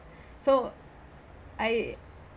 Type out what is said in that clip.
so I